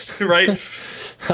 Right